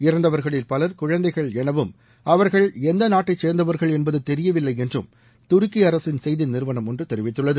இறந்தவர்களில் பலர் குழந்தைகள் எனவும் அவர்கள் எந்த நாட்டை சேர்ந்தவர்கள் என்பது தெரியவில்லை என்றும் துருக்கி அரசு செய்தி நிறுவனம் தெரிவித்துள்ளது